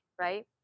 right